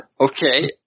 Okay